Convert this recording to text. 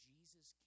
Jesus